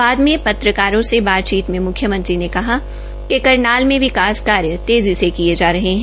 बाद में पत्रकारों से बातचीत में मुख्यमंत्री ने कहा कि करनाल में विकास कार्य तेज़ी से किये जा रहे है